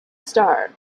star